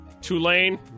Tulane